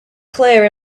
clear